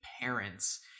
parents